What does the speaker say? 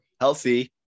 healthy